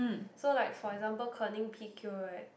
so like for example Kerning P_Q right